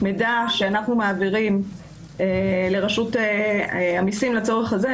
מידע שאנחנו מעבירים לרשות המסים לצורך הזה,